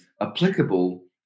applicable